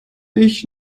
ich